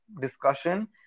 discussion